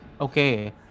okay